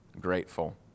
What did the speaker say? grateful